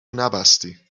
نبستی